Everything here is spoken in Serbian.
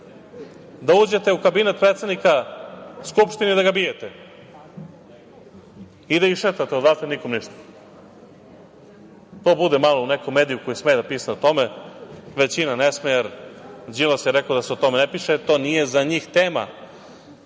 da uđete u kabinet predsednika Skupštine i da ga bijete i da išetate odatle, nikom ništa. To bude malo u nekom mediju koji sme da pisne o tome, većina ne sme, jer Đilas je rekao da se o tome ne piše, jer to nije za njih tema,